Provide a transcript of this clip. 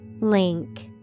Link